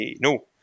No